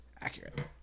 accurate